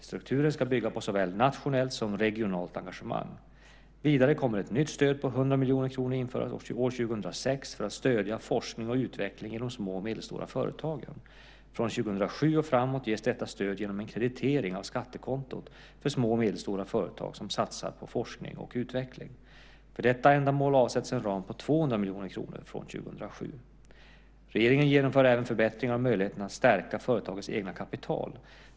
Strukturen ska bygga på såväl nationellt som regionalt engagemang. Vidare kommer ett nytt stöd på 100 miljoner kronor att införas år 2006 för att stödja forskning och utveckling i de små och medelstora företagen. Från år 2007 och framåt ges detta stöd genom en kreditering av skattekontot för små och medelstora företag som satsar på forskning och utveckling. För detta ändamål avsätts en ram på 200 miljoner kronor från år 2007. Regeringen genomför även förbättringar av möjligheterna att stärka företagens egna kapital.